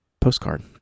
postcard